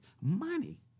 money